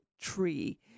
tree